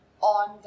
on